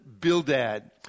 Bildad